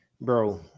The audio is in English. Bro